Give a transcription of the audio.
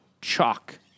chalk